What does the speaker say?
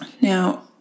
Now